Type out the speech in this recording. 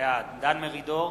בעד דן מרידור,